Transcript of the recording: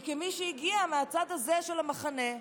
וכמי שהגיעה מהצד הזה של המחנה,